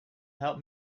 help